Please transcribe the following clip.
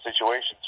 situations